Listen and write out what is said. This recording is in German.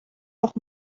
noch